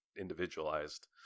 individualized